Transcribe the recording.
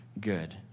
good